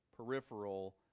peripheral